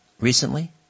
recently